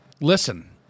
Listen